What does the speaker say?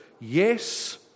Yes